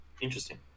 interesting